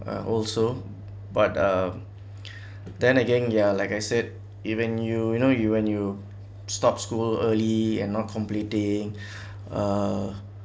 I also but um then again ya like I said even you you know you when you stopped school early and not completing uh